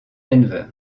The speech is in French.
denver